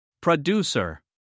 Producer